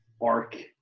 arc